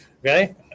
Okay